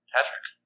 Patrick